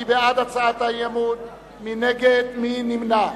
מי בעד הצעת האי-אמון, מי נגד, מי נמנע?